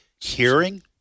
hearing